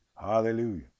hallelujah